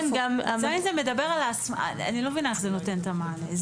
אני לא מבינה איך זה נותן את המענה.